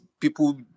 people